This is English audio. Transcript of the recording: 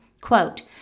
Quote